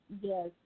Yes